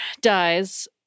dies